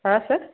ಹಾಂ ಸರ್